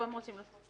פה הם רוצים לעצור.